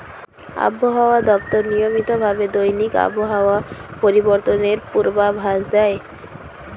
আবহাওয়া দপ্তর নিয়মিত ভাবে দৈনিক আবহাওয়া পরিবর্তনের পূর্বাভাস দেয়